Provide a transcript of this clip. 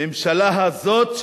הממשלה הזאת,